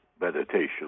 meditation